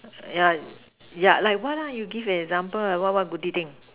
yeah yeah like what you give an example what what goody thing